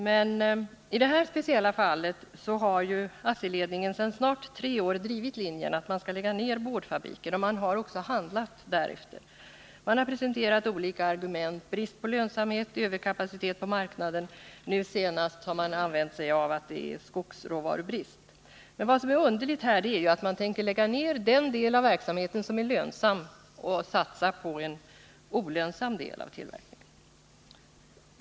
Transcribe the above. Men i det här speciella fallet har ju ASSI-ledningen sedan snart tre år tillbaka drivit den linjen att boardfabriken skall läggas ned, och man har också handlat därefter. Man har presenterat olika argument härför, som brist på lönsamhet och vidare överkapacitet på marknaden. Nu senast har man talat om att det är skogsråvarubrist. Men det underliga är att man tänker lägga ned den del av verksamheten som är lönsam och satsa på en olönsam del av rörelsen.